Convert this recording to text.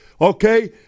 okay